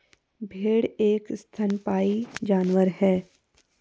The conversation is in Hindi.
भेड़ एक स्तनपायी जानवर है